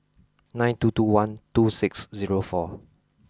nine two two one two six zero four